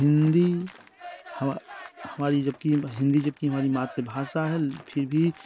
हिन्दी हम हमारी जब कि हिन्दी जब कि हमारी मात्र भाषा है फिर भी